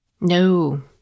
No